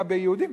לגבי יהודים.